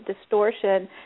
distortion